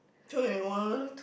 twenty one